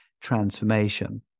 transformation